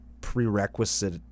prerequisite